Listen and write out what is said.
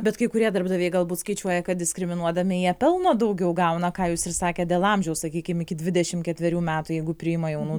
bet kai kurie darbdaviai galbūt skaičiuoja kad diskriminuodami jie pelno daugiau gauna ką jūs ir sakėt dėl amžiaus sakykim iki dvidešimt ketverių metų jeigu priima jaunų